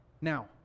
Now